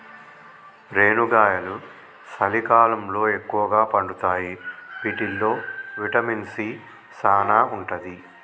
రేనుగాయలు సలికాలంలో ఎక్కుగా పండుతాయి వీటిల్లో విటమిన్ సీ సానా ఉంటది